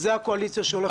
זו הקואליציה שהולכת לקום.